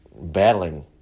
battling